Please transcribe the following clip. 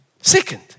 Second